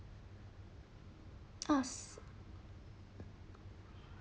!opps!